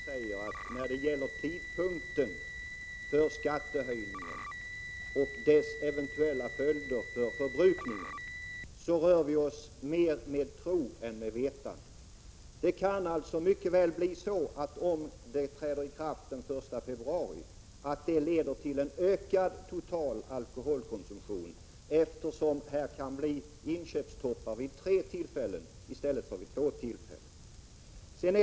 Herr talman! Det är precis som Bo Lundgren säger, att när det gäller tidpunkten för skattehöjningen och dess eventuella följder för förbrukningen rör vi oss mer med tro än vetande. Om prishöjningen träder i kraft den 1 februari kan det leda till att det blir ökad total alkoholkonsumtion, eftersom man då kan få inköpstoppar vid tre tillfällen i stället för vid två tillfällen.